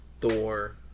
Thor